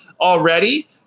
already